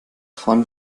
fahren